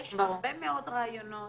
יש הרבה מאוד רעיונות,